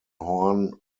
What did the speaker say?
horne